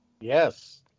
Yes